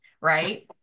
right